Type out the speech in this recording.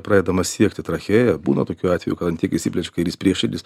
pradedama siekti trachėja būna tokių atvejų kad ant tiek išsiplečia kairys prieširdis